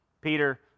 Peter